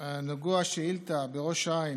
נוגעת השאילתה, בראש העין,